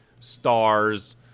stars